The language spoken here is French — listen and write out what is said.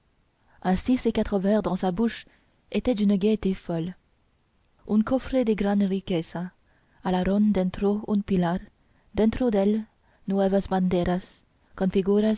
ainsi ces quatre vers dans sa bouche étaient d'une gaieté folle un cofre de